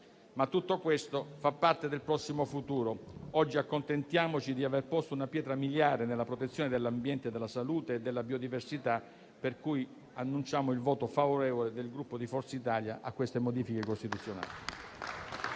Tutto questo fa però parte del prossimo futuro. Oggi accontentiamoci di porre una pietra miliare nella protezione dell'ambiente, della salute e della biodiversità. Pertanto, annuncio il voto favorevole del Gruppo Forza Italia alle modifiche costituzionali